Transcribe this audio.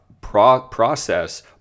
process